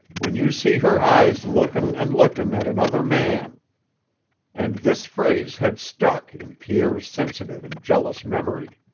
when you see her eyes lookin' and lookin' at another man and this phrase had stuck in pierre's sensitive and jealous memory.